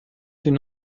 une